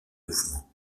mouvement